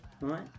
right